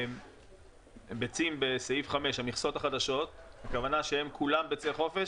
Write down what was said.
המיליון הביצים הללו הן ביצי חופש?